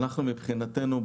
ומבחינתנו,